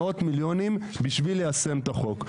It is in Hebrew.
מאות מיליונים בשביל ליישם את החוק.